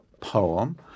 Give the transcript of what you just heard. poem